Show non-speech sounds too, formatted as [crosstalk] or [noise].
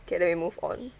[noise] K then we move on